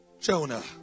Jonah